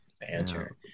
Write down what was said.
Banter